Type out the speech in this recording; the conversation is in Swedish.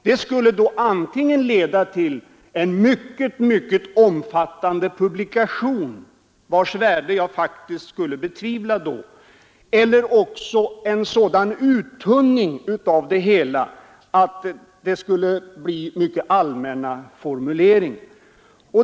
Det skulle antingen leda till att man fick en synnerligen omfattande publikation, vars värde jag faktiskt skulle betvivla, eller också till en sådan urtunning av materialet att formuleringarna skulle komma att bli mycket allmänna.